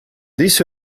this